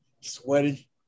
sweaty